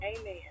amen